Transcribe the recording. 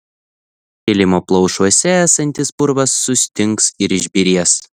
kilimo plaušuose esantis purvas sustings ir išbyrės